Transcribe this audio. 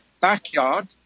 backyard